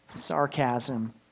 sarcasm